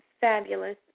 fabulous